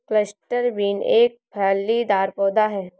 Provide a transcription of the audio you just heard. cluster bean एक फलीदार पौधा है